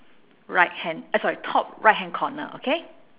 right hand uh sorry top right hand corner okay